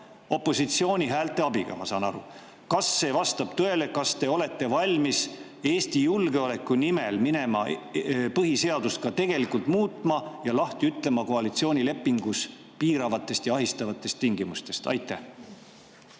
opositsiooni häälte abiga, ma saan aru. Kas see vastab tõele? Kas te olete valmis Eesti julgeoleku nimel minema põhiseadust ka tegelikult muutma ja lahti ütlema koalitsioonilepingu piiravatest ja ahistavatest tingimustest? Aitäh!